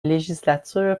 législature